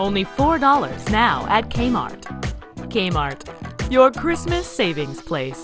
only four dollars now at kmart kmart your christmas savings place